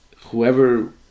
whoever